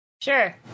sure